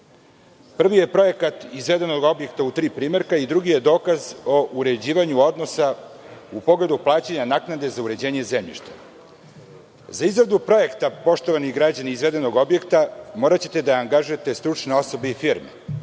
Prvi je projekat izveden od objekta, drugi je dokaz o uređivanju odnosa u pogledu plaćanja naknade za uređenje zemljišta.Za izradu projekta, poštovani građani, izvedenog objekta, moraćete da angažujete stručne osobe i firme,